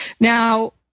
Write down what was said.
now